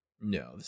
no